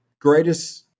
greatest